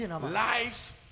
Lives